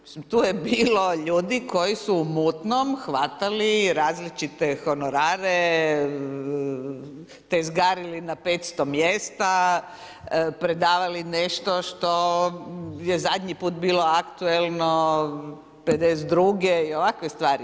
Mislim, tu je bilo ljudi, koji su u mutnom hvatali različite honorare, te izgradili na 500 mjesta, predavali nešto što je zadnji put bilo aktualno '52. i ovakve stvari.